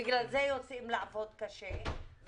ובגלל זה יוצאים לעבוד קשה,